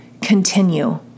Continue